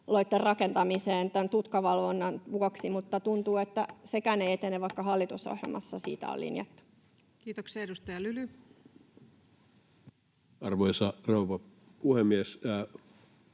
rakentamiseen tutkavalvonnan vuoksi, mutta tuntuu, että sekään ei etene, vaikka hallitusohjelmassa siitä on linjattu. Kiitoksia. — Edustaja Lyly. Arvoisa rouva puhemies!